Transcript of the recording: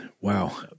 Wow